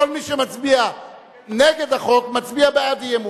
כל מי שמצביע נגד החוק, מצביע בעד אי-אמון.